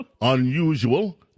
unusual